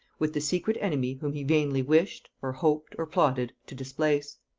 with the secret enemy whom he vainly wished, or hoped, or plotted, to displace.